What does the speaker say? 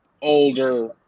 older